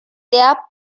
their